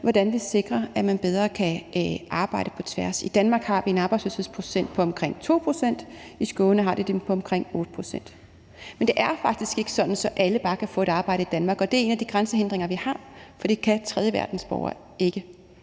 hvordan vi sikrer, at man bedre kan arbejde på kryds og tværs. I Danmark har vi en arbejdsløshedsprocent på omkring 2 pct. I Skåne har de en på omkring 8 pct. Men det er faktisk ikke sådan, at alle bare kan få et arbejde i Danmark, og det er en af de grænsehindringer, vi har. For det kan tredjeverdensborgere ikke.